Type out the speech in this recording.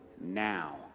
now